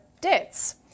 debts